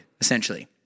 essentially